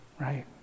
Right